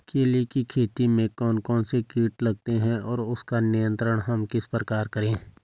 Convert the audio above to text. केले की खेती में कौन कौन से कीट लगते हैं और उसका नियंत्रण हम किस प्रकार करें?